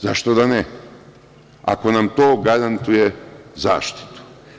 Zašto da ne ako nam to garantuje zaštitu?